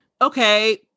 okay